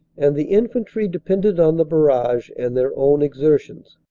and the infantry depended on the barrage and their own exertions.